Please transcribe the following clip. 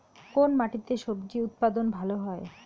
কোন মাটিতে স্বজি উৎপাদন ভালো হয়?